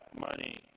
money